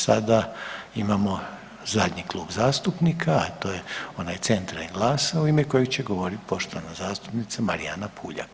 Sada imamo zadnji klub zastupnika a to je onaj Centra i Glasa u ime kojeg će govoriti poštovana zastupnica Marijana Puljak.